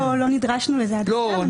לא נדרשנו לזה עד עכשיו.